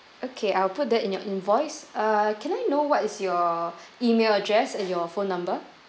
okay I'll put that in your invoice uh can I know what is your email address and your phone number